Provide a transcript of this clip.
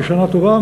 בשנה טובה,